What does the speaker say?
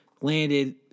Landed